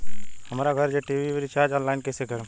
हमार घर के टी.वी रीचार्ज ऑनलाइन कैसे करेम?